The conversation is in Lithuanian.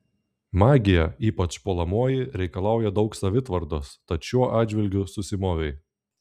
magija ypač puolamoji reikalauja daug savitvardos tad šiuo atžvilgiu susimovei